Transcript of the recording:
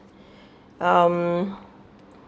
um